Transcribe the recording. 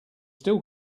still